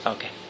Okay